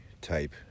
type